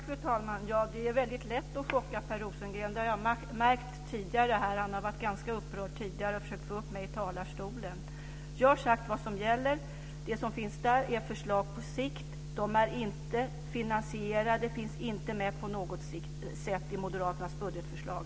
Fru talman! Det är lätt att chocka Per Rosengren. Det har jag märkt. Han har varit ganska upprörd tidigare och försökt få upp mig i talarstolen. Jag har sagt vad som gäller. Det som finns där är förslag på sikt. De är inte finansierade och finns inte på något sätt med i Moderaternas budgetförslag.